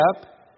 up